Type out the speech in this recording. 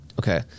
Okay